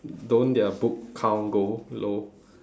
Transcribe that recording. don't their book count go low